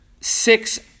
six